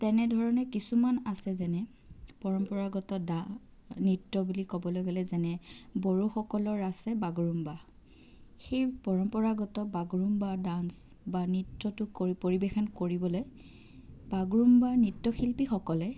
তেনেধৰণে কিছুমান আছে যেনে পৰম্পৰাগত দা নৃত্য বুলি ক'বলৈ গ'লে যেনে বড়োসকলৰ আছে বাগৰুম্বা সেই পৰম্পৰাগত বাগৰুম্বা ডাঞ্চ বা নৃত্যটো কৰি পৰিবেশন কৰিবলৈ বাগৰুম্বাৰ নৃত্য শিল্পীসকলে